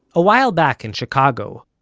a while back, in chicago,